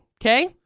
Okay